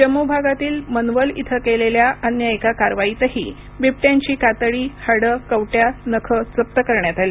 जम्मू भागातील मन्वल इथं केलेल्या अन्य एका कारवाईतही बिबट्यांची कातडी हाडं कवट्या नखं जप्त करण्यात आली